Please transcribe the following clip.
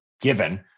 given